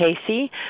Casey